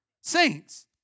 Saints